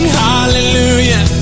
hallelujah